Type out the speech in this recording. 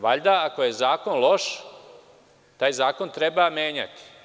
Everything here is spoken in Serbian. Valjda, ako je zakon loš, taj zakon treba menjati.